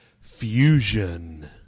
fusion